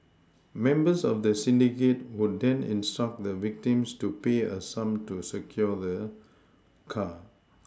members of the syndicate would then instruct the victims to pay a sum to secure the car